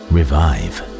Revive